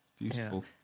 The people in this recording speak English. beautiful